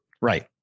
Right